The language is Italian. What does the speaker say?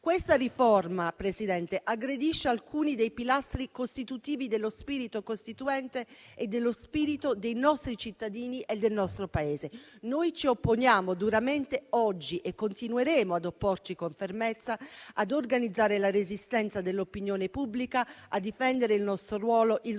Questa riforma aggredisce alcuni dei pilastri costitutivi dello spirito costituente, dello spirito dei nostri cittadini e del nostro Paese. Noi ci opponiamo duramente oggi, continueremo ad opporci con fermezza e ad organizzare la resistenza dell'opinione pubblica, a difendere il nostro ruolo, il ruolo